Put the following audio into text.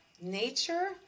Nature